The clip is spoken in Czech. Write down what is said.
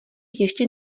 ještě